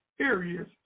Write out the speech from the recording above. areas